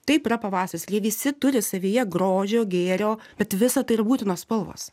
taip yra pavasaris jie visi turi savyje grožio gėrio bet visa tai yra būtinos spalvos